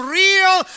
real